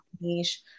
niche